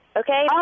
okay